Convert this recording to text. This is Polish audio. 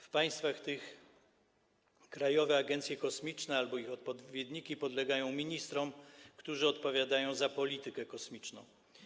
W państwach tych krajowe agencje kosmiczne albo ich odpowiedniki podlegają ministrom, którzy odpowiadają za politykę kosmiczną.